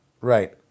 Right